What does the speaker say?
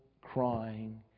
crying